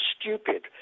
Stupid